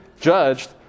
judged